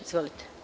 Izvolite.